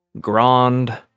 Grand